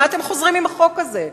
מה אתם חוזרים עם החוק הזה?